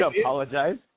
apologize